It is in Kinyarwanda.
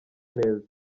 neza